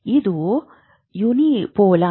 ಇದು ಯುನಿಪೋಲಾರ್